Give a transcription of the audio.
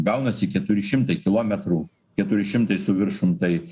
gaunasi keturi šimtai kilometrų keturi šimtai su viršum tai